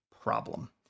problem